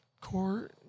court